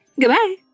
Goodbye